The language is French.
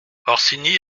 orsini